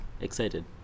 excited